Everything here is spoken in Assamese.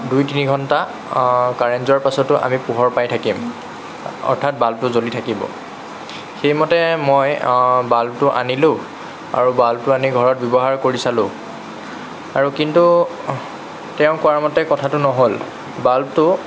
দুই তিনি ঘণ্টা কাৰেণ্ট যোৱাৰ পিছতো আমি পোহৰ পাই থাকিম অৰ্থাৎ বাল্বটো জ্বলি থাকিব সেই মতে মই বাল্বটো আনিলোঁ আৰু বাল্বটো আনি ঘৰত ব্যৱহাৰ কৰি চালোঁ আৰু কিন্তু তেওঁ কোৱা মতে কথাটো নহ'ল বাল্বটো